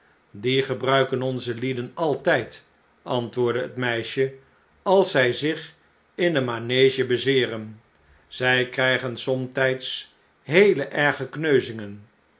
die gebruiken onze lieden altijd mijnheer antwoordde het meisje als zij zich in de manege bezeeren zij krijgen somtijds heel erge kneuzingen